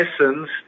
essence